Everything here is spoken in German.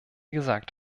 gesagt